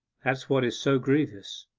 that's what is so grievous